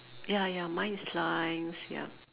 ya ya mine is lines ya